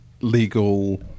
legal